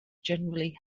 generally